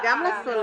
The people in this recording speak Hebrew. זה גם "לסולק".